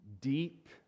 deep